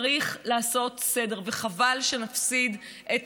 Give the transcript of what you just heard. צריך לעשות סדר, וחבל שנפסיד את